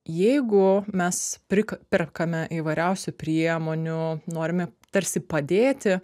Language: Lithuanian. jeigu mes prika perkame įvairiausių priemonių norime tarsi padėti